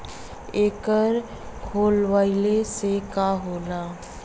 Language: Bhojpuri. एकर खोलवाइले से का होला?